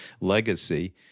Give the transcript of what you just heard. legacy